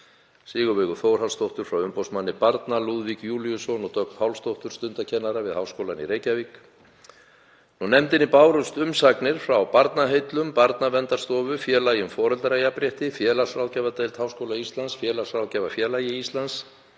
Sigurveigu Þórhallsdóttur frá umboðsmanni barna, Lúðvík Júlíusson og Dögg Pálsdóttur stundakennara við Háskólann í Reykjavík. Nefndinni bárust umsagnir frá Barnaheillum, Barnaverndarstofu, Félagi um foreldrajafnrétti, félagsráðgjafardeild Háskóla Íslands, Félagsráðgjafafélagi Íslands,